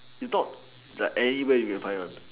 it's not like anywhere you can find one